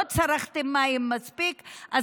לא צרכתם מספיק מים,